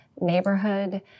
neighborhood